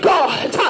God